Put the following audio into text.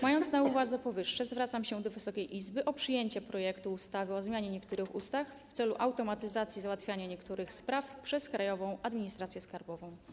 Mając na uwadze powyższe, zwracam się do Wysokiej Izby o przyjęcie projektu ustawy o zmianie niektórych ustaw w celu automatyzacji załatwiania niektórych spraw przez Krajową Administrację Skarbową.